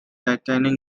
titanic